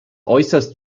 äußerst